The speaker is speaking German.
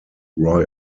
roy